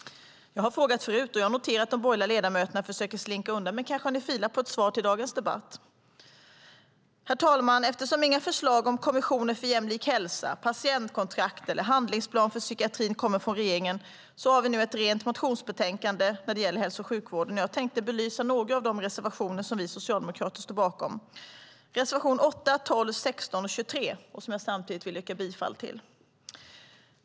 Jag har frågat förut, och jag har noterat att de borgerliga ledamöterna försöker slinka undan. Men kanske har ni filat på ett svar till dagens debatt. Herr talman! Eftersom inga förslag om kommissioner för jämlik hälsa, patientkontrakt eller handlingsplan för psykiatrin kommer från regeringen har vi nu ett rent motionsbetänkande när det gäller hälso och sjukvården. Jag tänkte belysa några av de reservationer som vi socialdemokrater står bakom, nämligen reservationerna 8, 12, 16 och 19 som jag samtidigt yrkar bifall till.